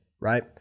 right